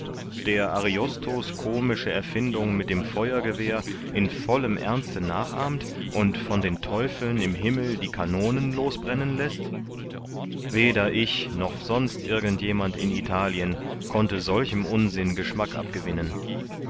der ariosto's komische erfindung mit dem feuergewehr im vollen ernste nachahmt und von den teufeln im himmel die kanonen losbrennen läßt weder ich noch sonst irgend jemand in italien konnte solchem unsinn geschmack abgewinnen